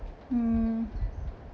hmm